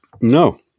No